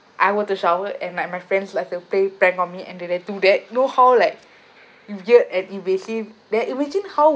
I want to shower and like my friends like to play prank on me and then they do that you know how like you heard an invasive then imagine how